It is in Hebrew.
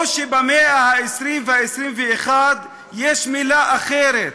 או שבמאה ה-20 וה-21 יש מילה אחרת,